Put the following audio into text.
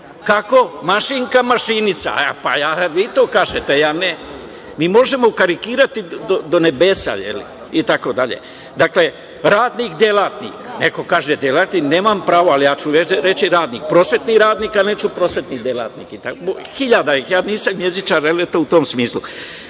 Kako, mašinka, mašinica? Vi to kažete, ja ne. Mi možemo karikirati do nebesa i tako dalje. Dakle, radnik – delatnik. Neko kaže delatnik, ali ja ću reći radnik, prosvetni radnik, a neću prosvetni delatnik i tako hiljadu primera. Nisam jezičar, ali eto u tom smislu. Kad